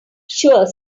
sure